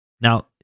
Now